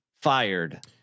fired